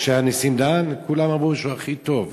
כשהיה נסים דהן, כולם אמרו שהוא הכי טוב.